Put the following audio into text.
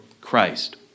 Christ